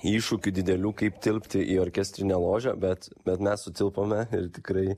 iššūkių didelių kaip tilpti į orkestrinę ložę bet bet mes sutilpome ir tikrai